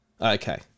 okay